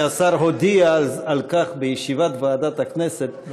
השר הודיע על כך בישיבת ועדת הכנסת,